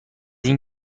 این